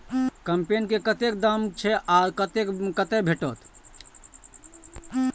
कम्पेन के कतेक दाम छै आ कतय भेटत?